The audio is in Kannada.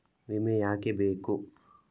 ವಿಮೆ ಯಾಕೆ ಬೇಕು?